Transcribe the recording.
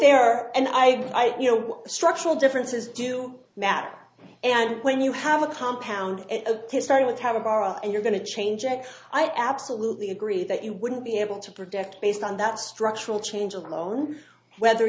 there and i you know the structural differences do matter and when you have a compound to start with have a bar and you're going to change it i absolutely agree that you wouldn't be able to predict based on that structural change of known whether